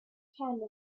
camera